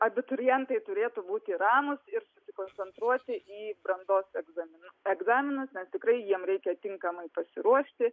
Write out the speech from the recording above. abiturientai turėtų būti ramūs ir susikoncentruoti į brandos egzaminų egzaminus nes tikrai jiem reikia tinkamai pasiruošti